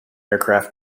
aircraft